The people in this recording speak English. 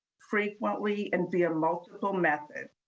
frequently and via multiple methods,